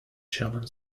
german